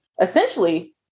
essentially